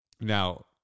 Now